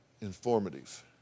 informative